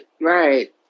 right